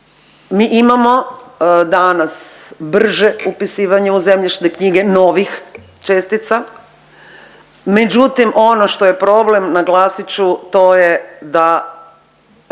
mi imamo danas brže upisivanje u zemljišne knjige novih čestica, međutim ono što je problem naglasit ću to je da